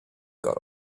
got